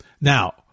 Now